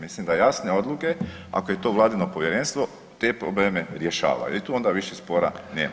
Mislim da jasnije odluke, ako je to Vladino Povjerenstvo, te probleme rješava jer tu onda više spora nema.